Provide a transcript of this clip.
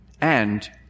and